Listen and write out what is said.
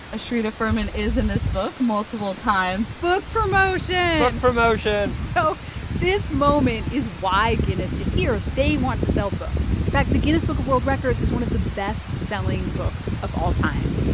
ashrita furman is in this book multiple times book promotion book and and promotion so this moment is why guinness is here. they want to sell books. in fact, the guinness book of world records is one of the best-selling books of all time.